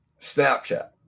Snapchat